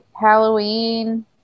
halloween